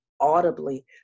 audibly